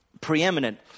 preeminent